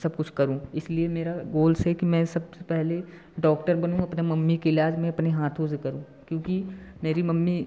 सब कुछ करूँ इसलिए मेरा गोल्स है कि मैं सबसे पहले डॉक्टर बनूँ अपने मम्मी के इलाज़ मैं अपने हाथों से करूँ क्योंकि मेरी मम्मी